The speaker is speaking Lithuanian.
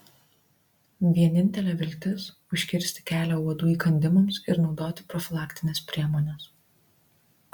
vienintelė viltis užkirsti kelią uodų įkandimams ir naudoti profilaktines priemones